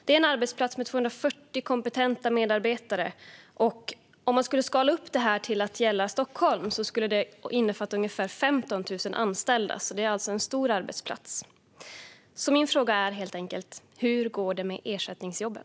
Det är en arbetsplats med 240 kompetenta medarbetare. Om man skulle skala upp det till att gälla Stockholm skulle det innefatta ungefär 15 000 anställda. Det är alltså en stor arbetsplats. Min fråga är helt enkelt: Hur går det med ersättningsjobben?